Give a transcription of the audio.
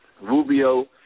Rubio